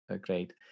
great